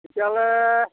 তেতিয়াহ'লে